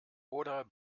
oder